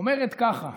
אומרת ככה: